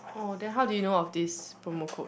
oh then how do you know of this promo code